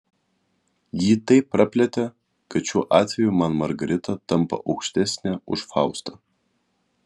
jį taip praplėtė kad šiuo atveju man margarita tampa aukštesnė už faustą